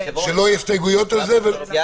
היה כתוב קודם מבנה סגור.